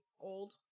old